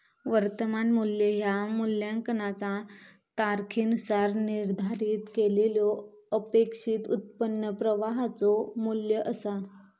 वर्तमान मू्ल्य ह्या मूल्यांकनाचा तारखेनुसार निर्धारित केलेल्यो अपेक्षित उत्पन्न प्रवाहाचो मू्ल्य असा